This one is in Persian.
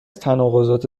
تناقضات